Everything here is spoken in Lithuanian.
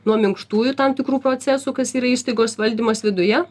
nuo minkštųjų tam tikrų procesų kas yra įstaigos valdymas viduje